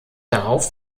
darauf